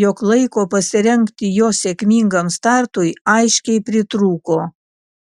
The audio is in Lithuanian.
jog laiko pasirengti jo sėkmingam startui aiškiai pritrūko